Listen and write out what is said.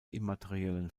immateriellen